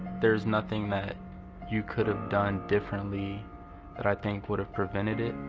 there's nothing that you could have done differently that i think would have prevented it.